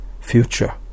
future